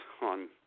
on